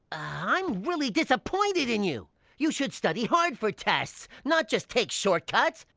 i am really disappointed in you you should study hard for tests, not just take short cuts.